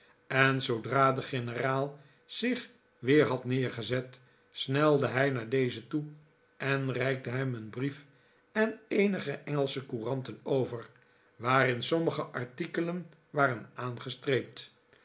en zoodra de generaal zich weer had neergezet snelde hij naar dezen toe en reikte hem een brief en eenige engelsche couranten over waarin sommige artikelen waren aangestreept